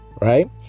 Right